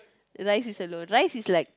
rice is alone rice is like